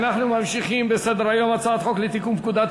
אנחנו ממשיכים בסדר-היום: הצעת חוק לתיקון פקודת